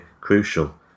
crucial